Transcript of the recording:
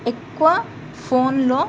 ఎక్కువ ఫోన్లో